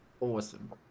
awesome